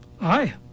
Aye